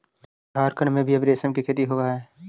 झारखण्ड में भी अब रेशम के खेती होवऽ हइ